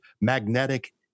magnetic